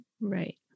Right